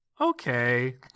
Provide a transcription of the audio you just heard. okay